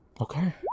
Okay